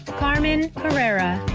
carmen carreiro.